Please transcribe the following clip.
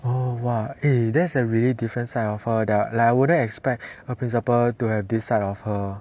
oh !wah! eh that's a really different side of her that like I wouldn't expect a principal to have this side of her